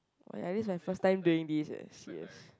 my this is my first time doing this eh serious